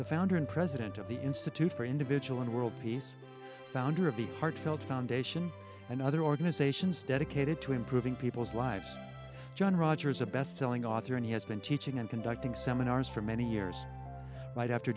the founder and president of the institute for individual and world peace founder of the heartfelt foundation and other organizations dedicated to improving people's lives john rogers a bestselling author and he has been teaching and conducting seminars for many years right after